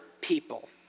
people